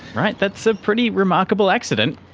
right, that's a pretty remarkable accident.